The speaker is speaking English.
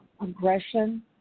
aggression